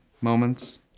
moments